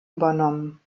übernommen